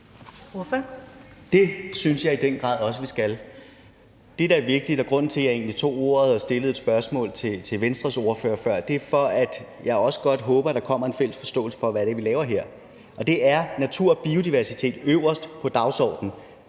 Det synes jeg i den grad også vi skal. Det, der er vigtigt, og grunden til, at jeg egentlig tog ordet og stillede et spørgsmål til Venstres ordfører før, er, at jeg også håber, at der kommer en fælles forståelse for, hvad det er, vi laver her. Og det er at sætte natur og biodiversitet øverst på dagsordenen.